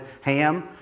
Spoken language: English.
ham